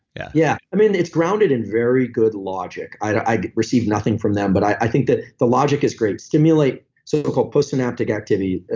yeah yeah. i mean, it's grounded in very good logic. i received nothing from them, but i think that the logic is great. stimulate so like post-synaptic activity,